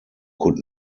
could